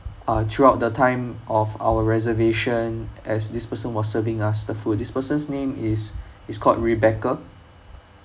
uh throughout the time of our reservation as this person was serving us the food this person's name is is called rebecca